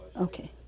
Okay